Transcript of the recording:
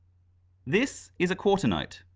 this is a quarter note.